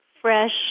fresh